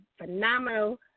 phenomenal